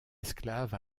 esclaves